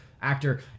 actor